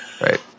Right